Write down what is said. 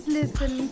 listen